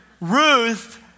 Ruth